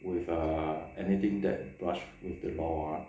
with ah anything that brush with the law ah